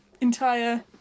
entire